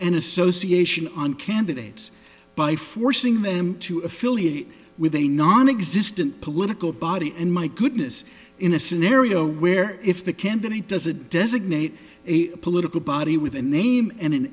and association on candidates by forcing them to affiliate with a nonexistent political body and my goodness in a scenario where if the candidate does a designate a political body with a name and an